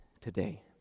today